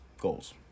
Goals